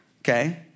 Okay